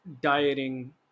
dieting